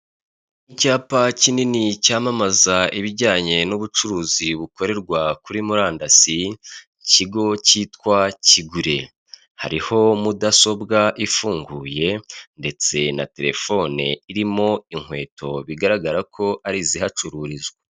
Iyi ni inzu ikodeshwa iri ahantu bita kugisozi mu mujyi wa kigali mu Rwanda bakaba bari kuvuga ngo iyi nzu irimo ibyumba bibiri kandi irimo n'ubwogero bugera kuri bubiri.